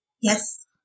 Yes